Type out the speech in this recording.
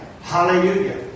Hallelujah